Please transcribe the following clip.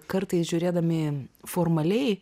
kartais žiūrėdami formaliai